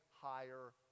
higher